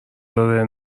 داره